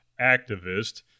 activist